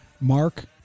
Mark